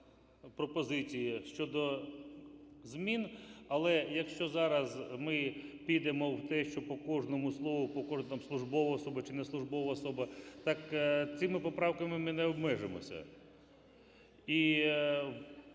пропозиції щодо змін. Але, якщо зараз ми підемо в те, що по кожному слову, по кожному – службова особа чи не службова особа, так цими поправками ми не обмежимось.